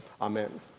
Amen